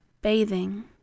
bathing